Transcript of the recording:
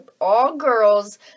all-girls